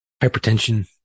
hypertension